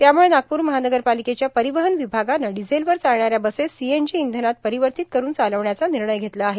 त्यामुळं नागपूर महापालिकेच्या परिवहन विभागानं डिझेलवर चालणाऱ्या बसेस सीएनजी इंधनात परिवर्तित करून चालविण्याचा निर्णय घेतला आहे